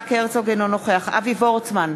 אינו נוכח אבי וורצמן,